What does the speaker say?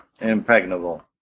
Impregnable